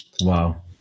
Wow